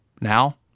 Now